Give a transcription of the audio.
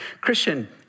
Christian